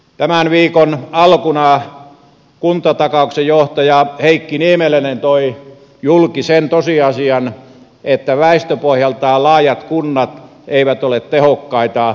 tämän viikon alkuna kuntien takauskeskuksen johtaja heikki niemeläinen toi julki sen tosiasian että väestöpohjaltaan laajat kunnat eivät ole tehokkaita